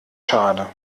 schade